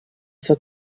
for